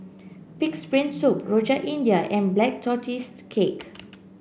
pig's brain soup Rojak India and Black Tortoise Cake